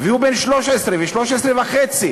והוא בן 13, ו-13.5,